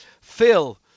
Phil